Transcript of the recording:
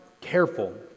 careful